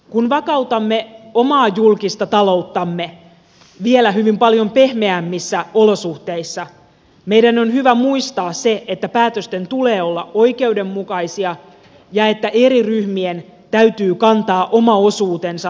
kun vakautamme omaa julkista talouttamme vielä hyvin paljon pehmeämmissä olosuhteissa meidän on hyvä muistaa se että päätösten tulee olla oikeudenmukaisia ja että eri ryhmien täytyy kantaa oma osuutensa taakasta